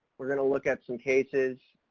we're going to look at some cases,